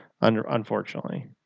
unfortunately